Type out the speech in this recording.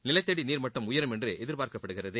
நிலத்தடி நீர்மட்டம் உயரும் என்று எதிர்பார்க்கப்படுகிறது